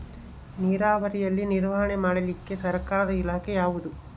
ನೇರಾವರಿಯಲ್ಲಿ ನಿರ್ವಹಣೆ ಮಾಡಲಿಕ್ಕೆ ಸರ್ಕಾರದ ಇಲಾಖೆ ಯಾವುದು?